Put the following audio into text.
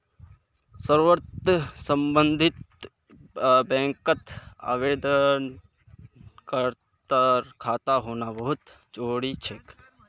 वशर्ते सम्बन्धित बैंकत आवेदनकर्तार खाता होना बहु त जरूरी छेक